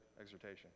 exhortation